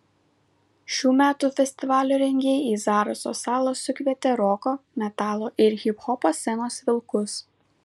šių metų festivalio rengėjai į zaraso salą sukvietė roko metalo ir hiphopo scenos vilkus